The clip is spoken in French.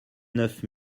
neuf